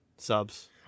Subs